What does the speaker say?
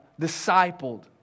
discipled